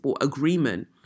agreement